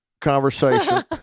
conversation